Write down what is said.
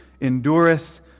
endureth